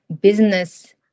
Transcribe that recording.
business